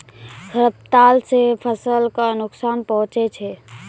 खरपतवार से फसल क नुकसान पहुँचै छै